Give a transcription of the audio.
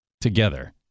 together